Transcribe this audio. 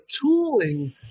tooling